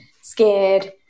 scared